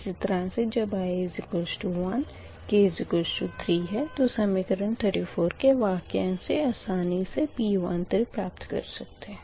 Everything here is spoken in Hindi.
इसी तरह से जब i 1 k 3 है तो समीकरण 34 के वाक्यांश से आसनी से P13 प्राप्त कर सकते है